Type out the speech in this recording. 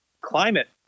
climate